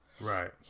Right